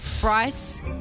Bryce